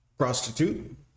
Prostitute